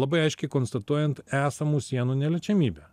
labai aiškiai konstatuojant esamų sienų neliečiamybę